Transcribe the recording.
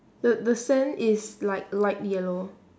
the the sand is like light yellow